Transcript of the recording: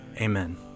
Amen